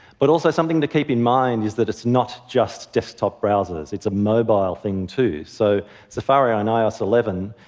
but also something to keep in mind is that it's not just desktop browsers, it's a mobile thing, too. so safari on ios eleven,